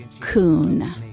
Coon